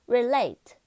Relate